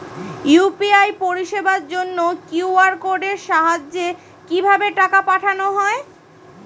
UPI পরিষেবার জন্য QR কোডের সাহায্যে কিভাবে টাকা পাঠানো হয়?